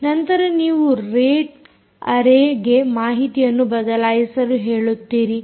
ನಂತರ ನೀವು ರೇಟ್ ಅರೇಗೆ ಮಾಹಿತಿಯನ್ನು ಬದಲಾಯಿಸಲು ಹೇಳುತ್ತೀರಿ